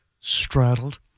straddled